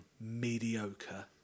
mediocre